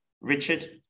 Richard